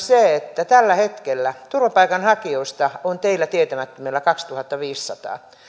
se että tällä hetkellä turvapaikanhakijoista on teillä tietämättömillä kaksituhattaviisisataa